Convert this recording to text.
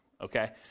okay